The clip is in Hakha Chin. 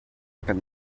kan